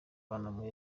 banamuha